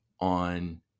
on